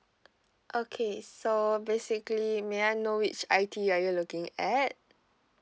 okay so basically may I know which I_T_E are you looking at